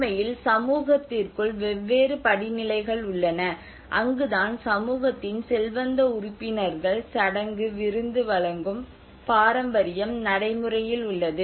உண்மையில் சமூகத்திற்குள் வெவ்வேறு படிநிலைகள் உள்ளன அங்குதான் சமூகத்தின் செல்வந்த உறுப்பினர்கள் சடங்கு விருந்து வழங்கும் பாரம்பரியம் நடைமுறையில் உள்ளது